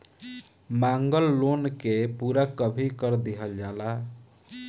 मांगल लोन के पूरा कभी कर दीहल जाला